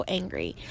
angry